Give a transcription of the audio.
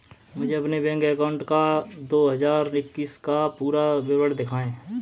मुझे अपने bank account का दो हज़ार इक्कीस का पूरा विवरण दिखाएँ?